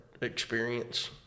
experience